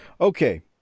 Okay